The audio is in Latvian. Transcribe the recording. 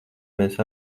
mēs